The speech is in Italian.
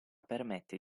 permette